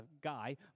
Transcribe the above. guy